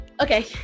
okay